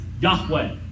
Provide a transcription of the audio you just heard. Yahweh